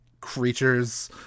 creatures